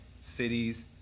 cities